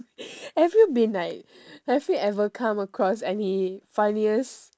have you been like have you ever come across any funniest